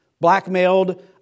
blackmailed